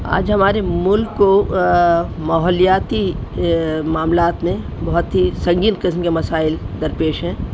آج ہمارے ملک کو ماحولیاتی معاملات میں بہت ہی سنگین قسم کے مسائل درپیش ہیں